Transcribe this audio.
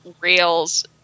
rails